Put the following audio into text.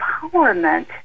empowerment